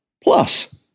Plus